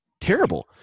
terrible